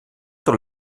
tot